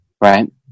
right